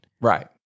Right